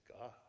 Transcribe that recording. God